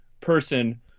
person